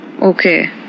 Okay